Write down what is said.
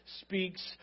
speaks